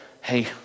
hey